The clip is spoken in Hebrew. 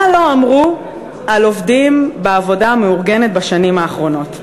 מה לא אמרו על עובדים בעבודה מאורגנת בשנים האחרונות,